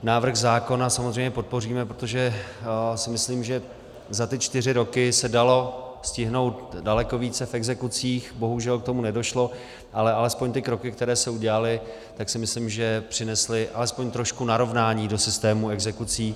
Návrh zákona samozřejmě podpoříme, protože si myslím, že za ty čtyři roky se dalo stihnout daleko více v exekucích, bohužel k tomu nedošlo, ale alespoň ty kroky, které se udělaly, tak si myslím, že přinesly alespoň trošku narovnání do systému exekucí.